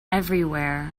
everywhere